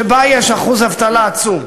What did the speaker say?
שבה יש אחוז אבטלה עצום.